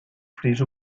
fris